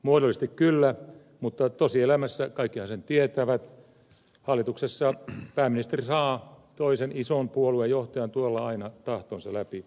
muodollisesti kyllä mutta tosielämässä kaikkihan sen tietävät hallituksessa pääministeri saa toisen ison puolueen johtajana aina tahtonsa läpi